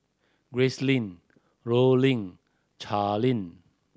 Gracelyn Rollin Charlee